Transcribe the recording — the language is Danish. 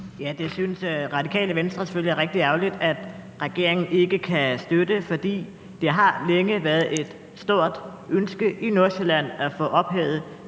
Det synes Radikale Venstre selvfølgelig er rigtig ærgerligt at regeringen ikke kan støtte, for det har længe været et stort ønske i Nordsjælland at få ophævet